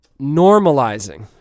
normalizing